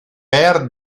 per